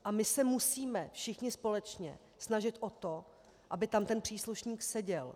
A my se musíme všichni společně snažit o to, aby tam ten příslušník seděl.